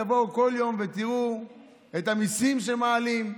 תבואו כל יום ותראו את המיסים שמעלים.